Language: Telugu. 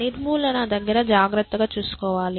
నిర్మూలన దగ్గర జాగ్రత్తగా చూసుకోవాలి